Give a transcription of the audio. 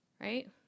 right